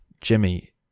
Jimmy